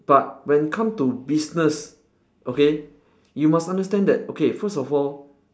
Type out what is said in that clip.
but when it come to business okay you must understand that okay first of all